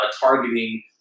targeting